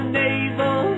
navel